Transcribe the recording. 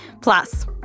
Plus